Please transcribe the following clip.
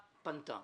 שפנתה.